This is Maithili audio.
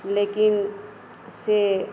लेकिन से